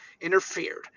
interfered